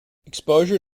exposure